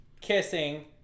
kissing